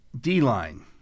D-line